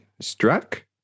struck